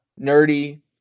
Nerdy